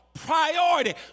Priority